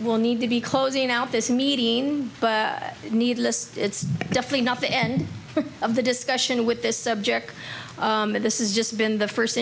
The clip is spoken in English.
will need to be closing out this meeting needless it's definitely not the end of the discussion with this subject but this is just been the first